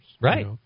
Right